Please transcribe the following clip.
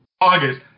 August